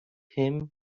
him